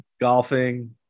golfing